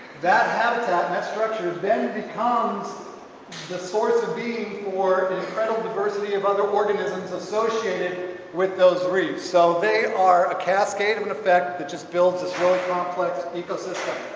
that habitat and that structure then becomes the source of being more incredible variety of other organisms associated with those reefs so they are a cascade of an effect that just builds us really complex ecosystem.